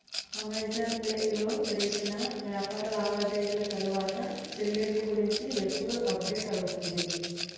Amazon పేలో జరిపిన వ్యాపార లావాదేవిల తరువాత చెల్లింపు గురించి ఎప్పుడు అప్డేట్ అవుతుంది